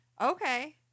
okay